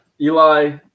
Eli